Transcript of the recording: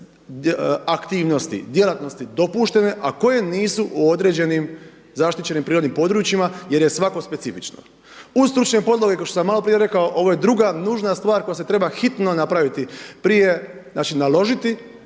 aktivnosti, djelatnosti dopuštene, a koje nisu u određenim zaštićenim prirodnim područjima jer je svako specifično. Uz stručne podloge kao što sam malo prije rekao ovo je druga nužna stvar koja se treba hitno napraviti prije, znači naložiti